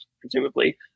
presumably